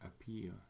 appear